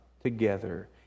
together